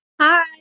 Hi